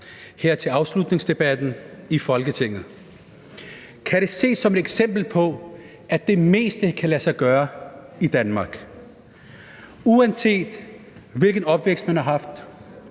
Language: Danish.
her til afslutningsdebatten i Folketinget, kan det ses som et eksempel på, at det meste kan lade sig gøre i Danmark, uanset hvilken opvækst man har haft,